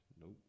Nope